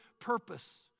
purpose